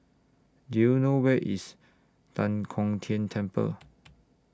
Do YOU know Where IS Tan Kong Tian Temple